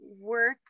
Work